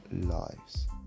lives